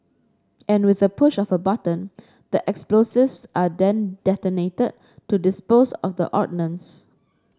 and with a push of a button the explosives are then detonated to dispose of the ordnance